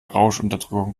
rauschunterdrückung